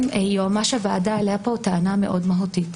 יועמ"ש הוועדה העלה פה טענה מאוד מהותית,